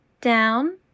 down